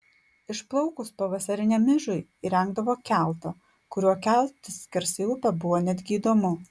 išplaukus pavasariniam ižui įrengdavo keltą kuriuo keltis skersai upę buvo netgi įdomu